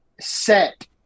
set